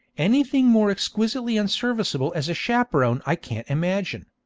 anything more exquisitely unserviceable as a chaperon i can't imagine.